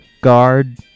guard